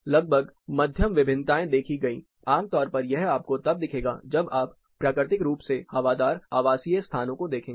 लगभग मध्यम विभिन्नताएं देखी गई आमतौर पर यह आपको तब दिखेगा जब आप प्राकृतिक रूप से हवादार आवासीय स्थानों को देखेंगे